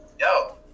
yo